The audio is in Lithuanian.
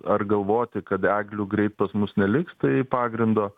ar galvoti kad eglių greit pas mus neliks tai pagrindo